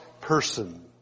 person